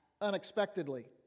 unexpectedly